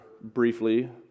briefly